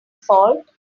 fault